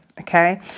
okay